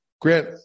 Grant